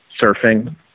surfing